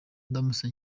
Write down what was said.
ndamutse